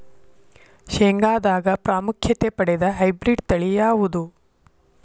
ಶೇಂಗಾದಾಗ ಪ್ರಾಮುಖ್ಯತೆ ಪಡೆದ ಹೈಬ್ರಿಡ್ ತಳಿ ಯಾವುದು?